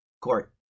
court